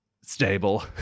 stable